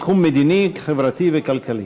החברתי והכלכלי.